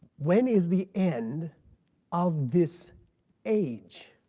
when is the end of this age?